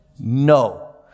No